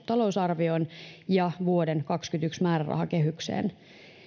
talousarvioon ja vuoden kaksituhattakaksikymmentäyksi määrärahakehykseen